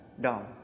down